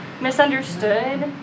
Misunderstood